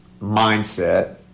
mindset